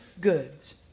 goods